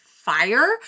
fire